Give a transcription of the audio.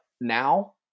now